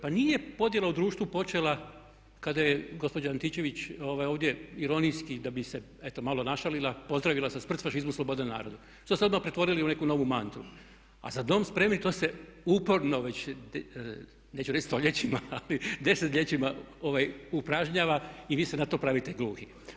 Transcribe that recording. Pa nije podjela u društvu počela kada je gospođa Antičević ovdje ironijski da bi se eto malo našalila pozdravila sa smrt fašizmu, sloboda narodu što ste odmah pretvorili u neku novu mantru a za dom spremni to se već uporno već, neću reći stoljećima ali desetljećima upražnjava i vi se na to pravite gluhi.